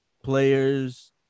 players